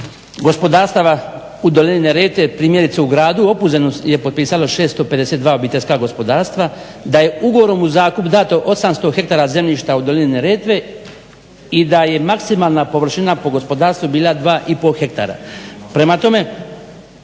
gospodarstava u dolini Neretve primjerice u gradu Opuzenu je potpisalo 652 OPG-a da je ugovorom u zakup dato 800 ha zemljišta u dolini Neretve i da je maksimalna površina po gospodarstvu bila 2 i pol ha.